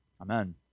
Amen